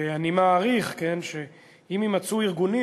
ואני מעריך שאם יימצאו ארגונים,